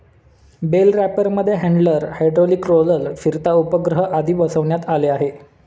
bell रॅपरमध्ये handler, hydraulic roller, फिरता उपग्रह आदी बसवण्यात आले आहे